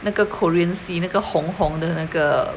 那个 korean 戏那个红红的那个